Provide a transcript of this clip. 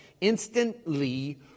Instantly